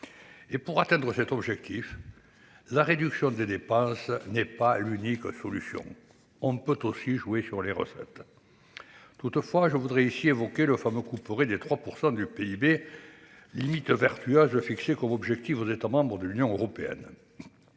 Pour atteindre cet objectif, la réduction des dépenses n'est pas l'unique solution : on peut aussi jouer sur les recettes. Permettez-moi d'évoquer le fameux couperet de 3 % du PIB, limite vertueuse fixée comme objectif aux États membres de l'Union européenne.